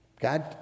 god